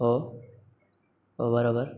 हो हो बरोबर